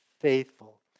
faithful